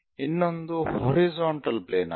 ಇನ್ನೊಂದು horizontal plane ಆಗಿದೆ